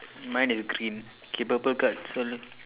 mine is green okay purple card this one